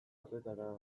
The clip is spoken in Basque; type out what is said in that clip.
horretara